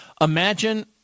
imagine